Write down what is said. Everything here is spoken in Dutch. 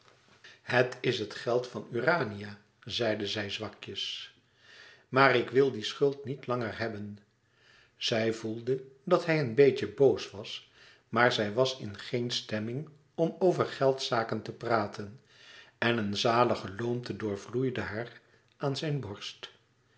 het is het geld van urania zeide zij zwakjes maar ik wil die schuld niet langer hebben zij voelde dat hij een beetje boos was maar zij was in geen stemming om over geldzaken te praten en een zalige loomte doorvloeide haar aan zijn borst